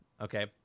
okay